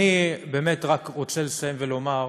אני באמת רק רוצה לסיים ולומר,